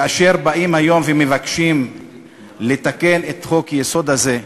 כאשר באים היום ומבקשים לתקן את חוק-היסוד הזה,